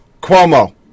Cuomo